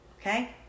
Okay